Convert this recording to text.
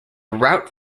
route